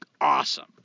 awesome